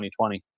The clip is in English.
2020